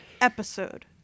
episode